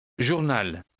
Journal